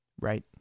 Right